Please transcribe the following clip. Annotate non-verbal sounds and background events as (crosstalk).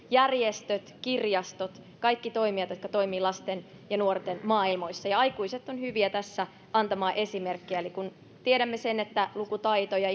(unintelligible) järjestöt kirjastot kaikki toimijat jotka toimivat lasten ja nuorten maailmoissa aikuiset ovat hyviä tässä antamaan esimerkkiä eli kun tiedämme sen että lukutaito ja (unintelligible)